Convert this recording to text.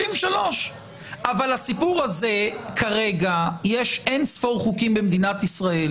73. אבל יש אין ספור חוקים במדינת ישראל